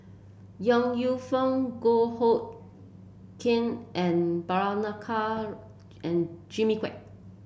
Yong Lew Foong Goh Hood Keng and Prabhakara and Jimmy Quek